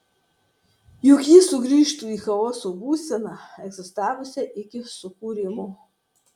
juk ji sugrįžtų į chaoso būseną egzistavusią iki sukūrimo